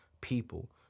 people